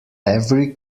every